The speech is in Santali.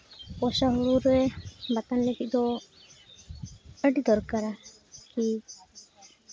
ᱵᱚᱨᱥᱟ ᱦᱩᱲᱩᱨᱮ ᱵᱟᱛᱟᱱ ᱞᱟᱹᱜᱤᱫ ᱫᱚ ᱟᱹᱰᱤ ᱫᱚᱨᱠᱟᱨᱟ